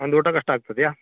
ಒಂದು ಊಟ ಕಷ್ಟ ಆಗ್ತದೆಯಾ